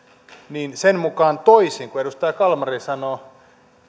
niin sen mukaan toisin kuin edustaja kalmari sanoo